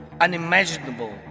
unimaginable